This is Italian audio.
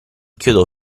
chiodo